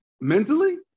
Mentally